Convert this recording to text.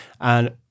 And-